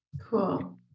Cool